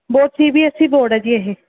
board C B S E board ਹੈ ਜੀ ਇਹ